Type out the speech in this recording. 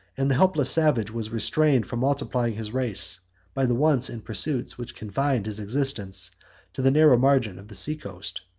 and the helpless savage was restrained from multiplying his race by the wants and pursuits which confined his existence to the narrow margin of the seacoast.